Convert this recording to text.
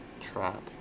trap